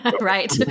right